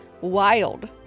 wild